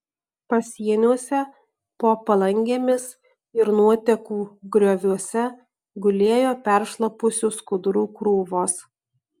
pasieniuose po palangėmis ir nuotekų grioviuose gulėjo peršlapusių skudurų krūvos